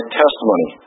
testimony